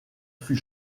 fut